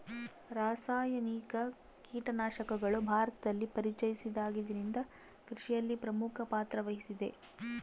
ರಾಸಾಯನಿಕ ಕೇಟನಾಶಕಗಳು ಭಾರತದಲ್ಲಿ ಪರಿಚಯಿಸಿದಾಗಿನಿಂದ ಕೃಷಿಯಲ್ಲಿ ಪ್ರಮುಖ ಪಾತ್ರ ವಹಿಸಿವೆ